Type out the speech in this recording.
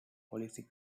policy